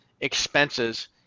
expenses